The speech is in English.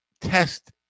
test